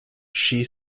she